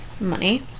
money